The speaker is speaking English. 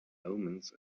omens